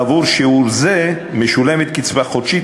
בעבור שיעור זה משולמת קצבה חודשית